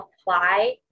apply